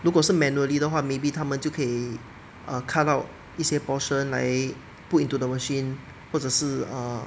如果是 manually 的话 maybe 他们就可以 err cut out 一些 err portion 来 put into the machine 或者是 err